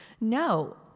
No